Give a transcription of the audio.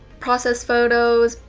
process photos,